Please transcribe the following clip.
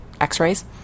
x-rays